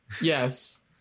Yes